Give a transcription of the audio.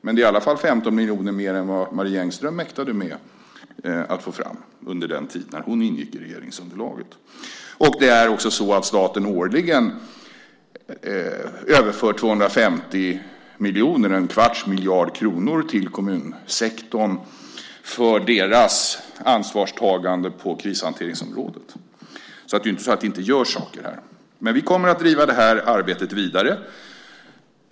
Men det är i alla fall 15 miljoner mer än vad Marie Engström mäktade med att få fram under den tid som hon ingick i regeringsunderlaget. Dessutom överför staten årligen 250 miljoner, en kvarts miljard kronor, till kommunsektorn för deras ansvarstagande på krishanteringsområdet. Så det är inte så att det inte görs saker. Vi kommer att driva arbetet vidare.